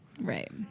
Right